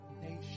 nation